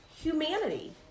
humanity